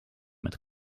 met